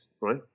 right